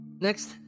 Next